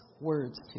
words